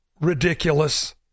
ridiculous